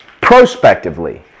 prospectively